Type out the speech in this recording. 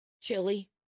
chili